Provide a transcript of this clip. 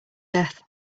death